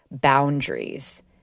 boundaries